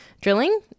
drilling